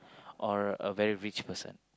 or a very rich person